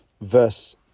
verse